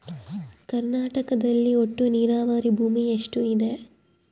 ಕರ್ನಾಟಕದಲ್ಲಿ ಒಟ್ಟು ನೇರಾವರಿ ಭೂಮಿ ಎಷ್ಟು ಇದೆ?